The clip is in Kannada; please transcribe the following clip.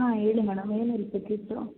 ಹಾಂ ಹೇಳಿ ಮೇಡಮ್ ಏನು ಹೆಲ್ಪ್ ಬೇಕಿತ್ತು